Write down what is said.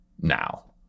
now